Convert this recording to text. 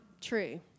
true